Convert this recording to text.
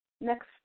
next